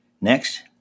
Next